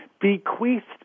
bequeathed